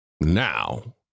Now